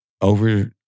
over